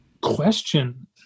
Question